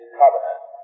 covenant